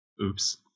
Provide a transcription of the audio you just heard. Oops